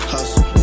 Hustle